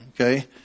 Okay